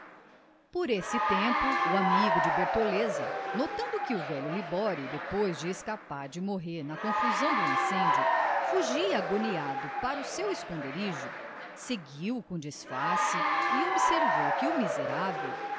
por esse tempo o amigo de bertoleza notando que o velho libório depois de escapar de morrer na confusão do incêndio fugia agoniado para o seu esconderijo seguiu-o com disfarce e observou que o miserável